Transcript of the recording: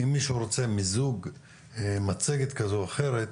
אם מישהו רוצה להציג כזו או אחרת,